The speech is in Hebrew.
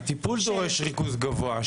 הטיפול דורש ריכוז גבוה.